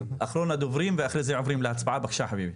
אחרון הדוברים ואחרי זה עוברים להצבעה חביבי.